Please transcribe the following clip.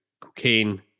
cocaine